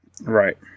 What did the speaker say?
Right